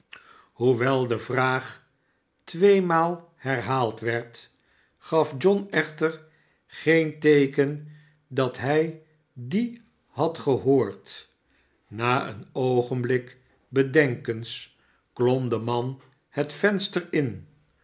hoewel de vraag tweemaal herhaald werd gaf john echter geen teeken dat hij die had gehoord na een oogenblik bedenkens klom de man het venster in